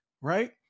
right